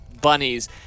bunnies